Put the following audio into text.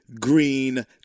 green